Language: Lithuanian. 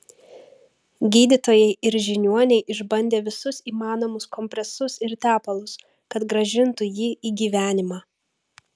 gydytojai ir žiniuoniai išbandė visus įmanomus kompresus ir tepalus kad grąžintų jį į gyvenimą